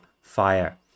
fire